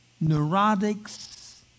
neurotics